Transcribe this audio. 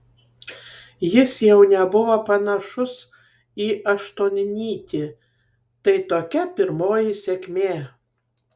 jis jau nebuvo panašus į aštuonnytį tai tokia pirmoji sėkmė